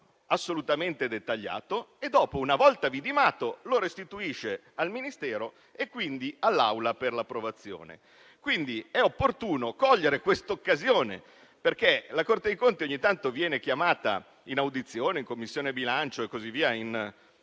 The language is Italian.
assolutamente dettagliato e, una volta vidimato, lo restituisce al Ministero e poi all'Aula per l'approvazione. Quindi, è opportuno cogliere questa occasione, perché la Corte dei conti ogni tanto viene chiamata in audizione in Commissione bilancio, con